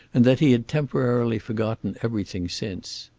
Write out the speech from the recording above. and that he had temporarily forgotten everything since.